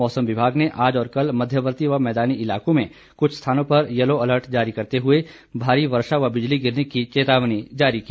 मौसम विभाग ने आज और कल मध्यवर्ती व मैदानी इलाकों में कुछ स्थानों पर यलो अलर्ट जारी करते हुए भारी वर्षा व बिजली गिरने की चेतावनी जारी की है